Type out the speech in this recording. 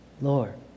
Lord